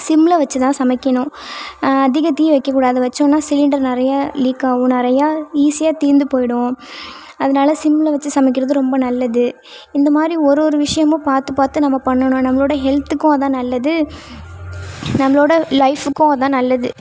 சிமில் வச்சு தான் சமைக்கணும் அதிக தீயை வைக்கக்கூடாது வச்சோன்னா சிலிண்டர் நிறைய லீக் ஆகும் நிறைய ஈஸியாக தீர்ந்து போயிடும் அதனால சிமில் வச்சு சமைக்கிறது ரொம்ப நல்லது இந்த மாதிரி ஒரு ஒரு விஷயமும் பார்த்து பார்த்து நம்ம பண்ணணும் நம்மளோட ஹெல்த்துக்கும் அதான் நல்லது நம்மளோடய லைஃப்புக்கும் அதான் நல்லது